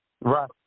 Right